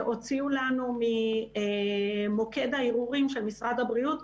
והוציאו לנו ממוקד הערעורים של משרד הבריאות,